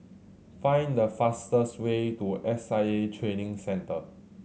find the fastest way to S I A Training Centre